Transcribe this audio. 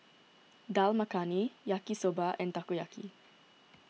Dal Makhani Yaki Soba and Takoyaki